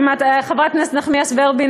חברת הכנסת נחמיאס ורבין,